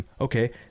okay